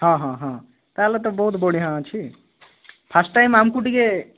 ହଁ ହଁ ହଁ ତାହେଲେ ତ ବହୁତ ବଢ଼ିଆଁ ଅଛି ଫାଷ୍ଟ ଟାଇମ ଆମକୁ ଟିକେ